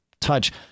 touch